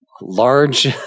large